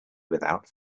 without